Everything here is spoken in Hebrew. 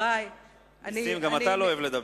נסים, גם אתה לא אוהב לדבר.